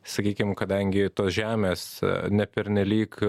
sakykim kadangi tos žemės ne pernelyg